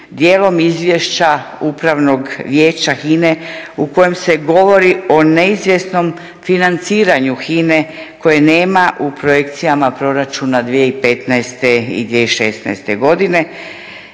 dijelom izvješća Upravnog vijeća HINA-e u kojem se govori o neizvjesnom financiranju HINA-e kojeg nema u projekcijama proračuna 2015.i 2016.godine,